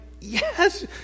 yes